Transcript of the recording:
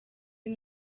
uyu